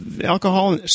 alcohol